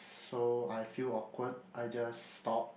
so I feel awkward I just stop